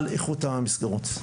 על איכות המסגרות.